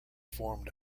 formed